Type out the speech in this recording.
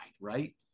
right